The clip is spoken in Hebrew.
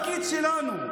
התפקיד שלנו,